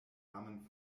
kamen